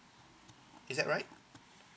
is that right